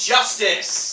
Justice